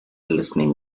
listening